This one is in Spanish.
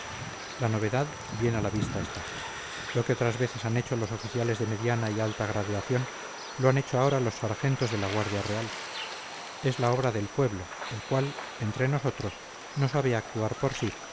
la novedad bien a la vista está lo que otras veces han hecho los oficiales de mediana y alta graduación lo han hecho ahora los sargentos de la guardia real es la obra del pueblo el cual entre nosotros no sabe actuar por sí